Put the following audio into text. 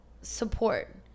support